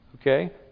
Okay